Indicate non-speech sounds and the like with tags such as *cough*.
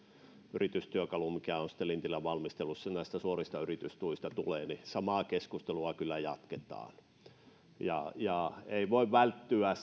yritystyökalu mikä on lintilän valmistelussa näistä suorista yritystuista niin samaa keskustelua kyllä jatketaan ei voi välttyä *unintelligible*